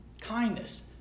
kindness